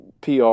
PR